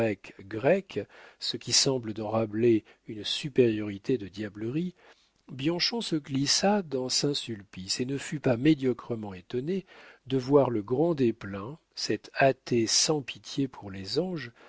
grec ce qui semble dans rabelais une supériorité de diablerie bianchon se glissa dans saint-sulpice et ne fut pas médiocrement étonné de voir le grand desplein cet athée sans pitié pour les anges